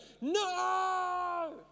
no